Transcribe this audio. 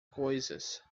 coisas